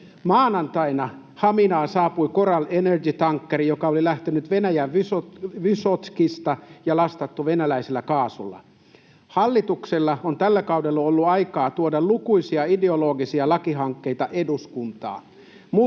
Maanantaina Haminaan saapui Coral Energy -tankkeri, joka oli lähtenyt Venäjän Vysotskista ja lastattu venäläisellä kaasulla. Hallituksella on tällä kaudella ollut aikaa tuoda lukuisia ideologisia lakihankkeita eduskuntaan,